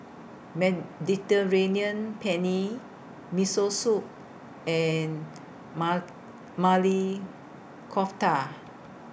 Mediterranean Penne Miso Soup and Maili Kofta